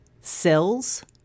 Cells